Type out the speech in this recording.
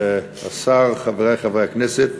השר, חברי חברי הכנסת,